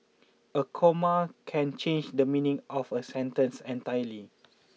a comma can change the meaning of a sentence entirely